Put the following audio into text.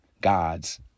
God's